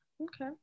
okay